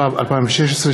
התשע"ו 2016,